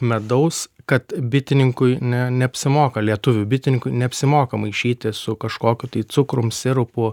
medaus kad bitininkui ne neapsimoka lietuvių bitininkui neapsimoka maišyti su kažkokiu tai cukrum sirupu